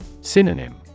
Synonym